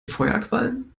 feuerquallen